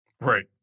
Right